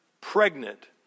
pregnant